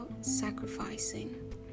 sacrificing